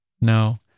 No